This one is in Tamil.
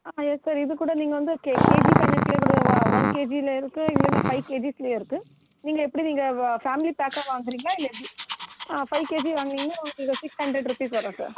ஆ யெஸ் சார் இதுக்கூட நீங்கள் வந்து கே கேஜி கணக்குல கூட வா ஒன் கேஜியில இருக்கு இல்லைன்னா ஃபைவ் கேஜிஸ்லயே இருக்கு நீங்கள் எப்படி நீங்கள் வா ஃபேமிலி பேக்கா வாங்குறீங்களா இல்லை எப்படி ஆ ஃபைவ் கேஜி வாங்குனிங்கன்னா உங்களுக்கு ஒரு சிக்ஸ் ஹன்ரட் ருபீஸ் வரும் சார்